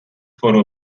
فرو